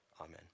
amen